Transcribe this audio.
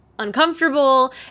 uncomfortable